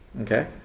okay